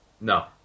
no